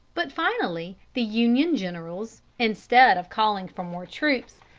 but finally the union generals, instead of calling for more troops,